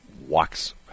walks